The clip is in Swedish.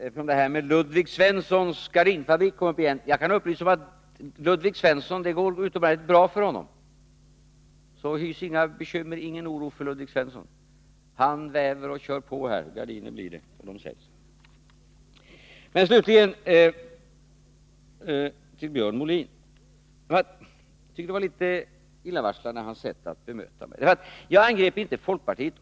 Eftersom det här med Ludvig Svenssons gardinfabrik kom upp igen, kan jag upplysa om att det går utomordentligt bra för Ludvig Svensson, så hys inga bekymmer för honom. Han väver och kör på, och gardiner blir det, och de säljs. Slutligen vill jag säga till Björn Molin att jag tycker hans sätt att bemöta mig var litet illavarslande. Jag angrep inte folkpartiet.